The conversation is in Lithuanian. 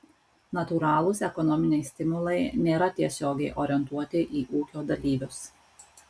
natūralūs ekonominiai stimulai nėra tiesiogiai orientuoti į ūkio dalyvius